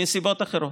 מסיבות אחרות.